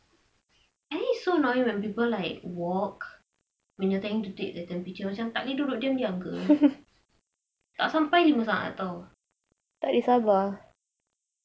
and it's so annoying when people like walk when you are trying to take the temperature macam tak boleh duduk diam diam ke tak sampai lima saat [tau]